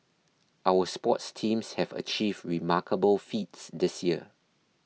our sports teams have achieved remarkable feats this year